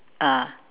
ah